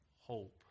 hope